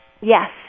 Yes